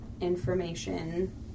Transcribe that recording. information